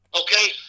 okay